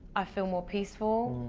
i feel more peaceful.